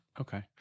Okay